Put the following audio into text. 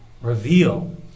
reveal